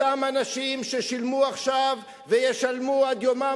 אותם אנשים ששילמו עכשיו וישלמו עד יומם